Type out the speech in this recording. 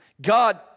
God